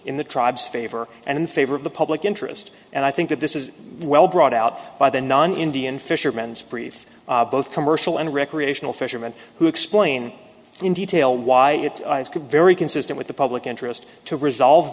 in the tribes favor and in favor of the public interest and i think that this is well brought out by the non indian fishermen's brief both commercial and recreational fishermen who explain in detail why it could very consistent with the public interest to resolve